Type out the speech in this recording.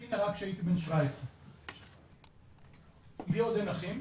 אחי נהרג כשהייתי בן 17. לי אין עוד אחים,